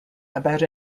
about